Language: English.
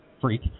freak